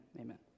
amen